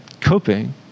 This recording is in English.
coping